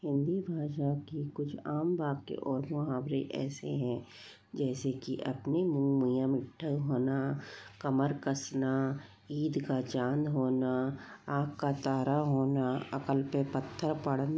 हिंदी भाषा कि कुछ आम वाक्य और मुहावरें ऐसे हैं जैसे कि अपने मुँह मिया मिठ्ठू होना कमर कसना ईद का चाँद होना आँख का तारा होना अकल पर पत्थर पड़ना